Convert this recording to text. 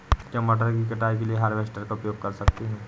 क्या मटर की कटाई के लिए हार्वेस्टर का उपयोग कर सकते हैं?